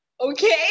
okay